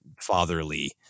fatherly